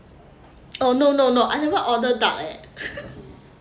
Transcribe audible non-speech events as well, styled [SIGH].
oh no no no I do not order duck eh [LAUGHS]